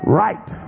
right